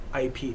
IP